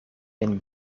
een